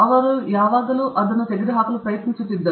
ಅವರು ಯಾವಾಗಲೂ ಅದನ್ನು ತೆಗೆದುಹಾಕಲು ಪ್ರಯತ್ನಿಸುತ್ತಿದ್ದರು